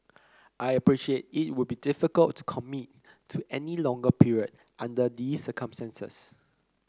I appreciate it would be difficult to commit to any longer period under this circumstances